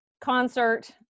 concert